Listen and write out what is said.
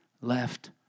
left